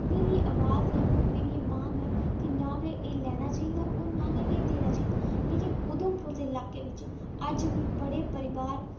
मेरी अवाज ऐ और मेरी मांग ऐ कि नां गै एह् लैना चाहिदा और नां गै एह् देना चाहिदा लेकिन उधमपुर दे इलाके बिच अज्ज बी बड़े परोआर